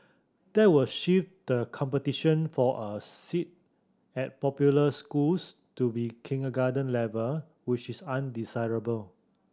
that will shift the competition for a seat at popular schools to be kindergarten level which is undesirable